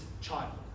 child